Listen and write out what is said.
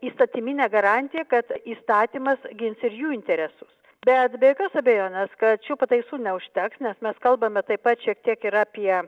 įstatyminę garantiją kad įstatymas gins ir jų interesus bet be jokios abejonės kad šių pataisų neužteks nes mes kalbame taip pat šiek tiek ir apie